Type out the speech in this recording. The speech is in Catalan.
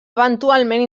eventualment